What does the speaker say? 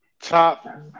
Top